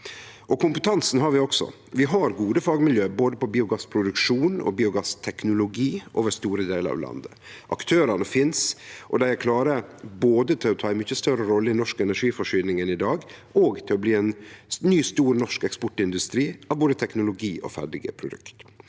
Kompetansen har vi også. Vi har gode fagmiljø på både biogassproduksjon og biogassteknologi over store delar av landet. Aktørane finst, og dei er klare både til å ta ei mykje større rolle i norsk energiforsyning enn i dag og til å bli ein ny stor norsk eksportindustri av både teknologi og ferdige produkt.